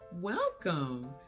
welcome